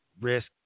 risk